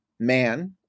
man